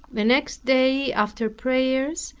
the next day, after prayers,